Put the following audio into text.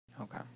Okay